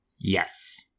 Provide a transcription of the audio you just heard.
Yes